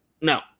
No